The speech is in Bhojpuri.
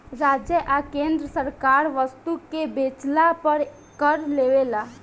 राज्य आ केंद्र सरकार वस्तु के बेचला पर कर लेवेला